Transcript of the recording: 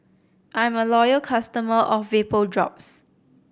I'm a loyal customer of Vapodrops